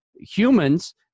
humans